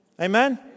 Amen